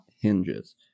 hinges